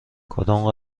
کدام